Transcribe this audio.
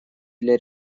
для